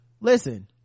listen